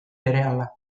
berehala